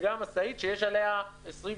וגם משאית שיש עליה 20,